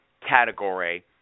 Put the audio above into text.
category